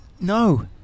No